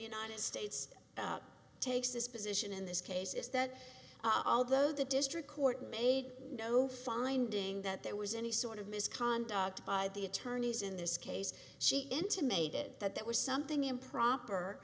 united states takes this position in this case is that although the district court made no finding that there was any sort of misconduct by the attorneys in this case she intimated that there was something improper